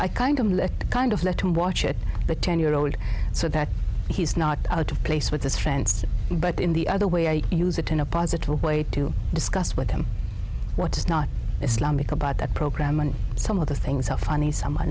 i kind of kind of let him watch it the ten year old so that he's not out of place with this offense but in the other way i use it in a positive way to discuss with him what's not islamic about that program and some of the things are funny some